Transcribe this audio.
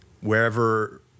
wherever